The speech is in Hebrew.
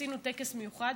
עשינו טקס מיוחד,